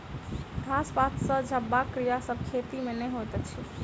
घास पात सॅ झपबाक क्रिया सभ खेती मे नै होइत अछि